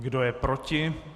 Kdo je proti?